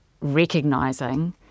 recognising